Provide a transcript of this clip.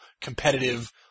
competitive